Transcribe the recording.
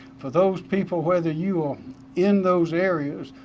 for those people whether you are in those areas,